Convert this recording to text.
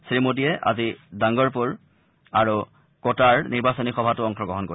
শ্ৰীমোদীয়ে আজি ডাঙ্গৰপুৰ আৰু কোটাৰ নিৰ্বাচনী সভাতো অংশগ্ৰহণ কৰিব